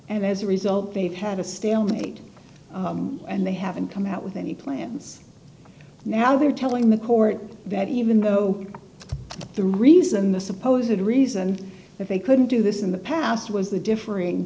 and as a result they've had a stalemate and they haven't come out with any plans now they are telling the court that even though the reason the supposedly reason that they couldn't do this in the past was